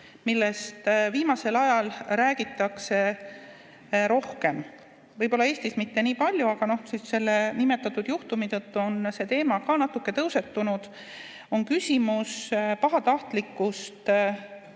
millest viimasel ajal räägitakse rohkem, võib-olla Eestis mitte nii palju, aga selle nimetatud juhtumi tõttu on see teema natuke tõusetunud. See on küsimus pahatahtlikust,